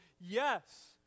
Yes